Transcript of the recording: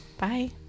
Bye